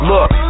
Look